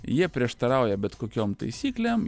jie prieštarauja bet kokiom taisyklėm